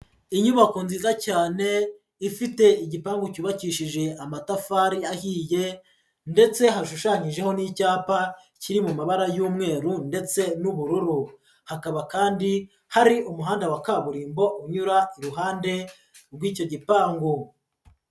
Inyubako nziza cyane ifite igipangu cyubakishije amatafari ahiye ndetse hashushanyijeho n'icyapa kiri mu mabara y'umweru ndetse n'ubururu, hakaba kandi hari umuhanda wa kaburimbo unyura iruhande rw'icyo gipangu.